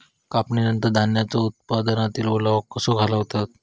कापणीनंतर धान्यांचो उत्पादनातील ओलावो कसो घालवतत?